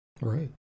Right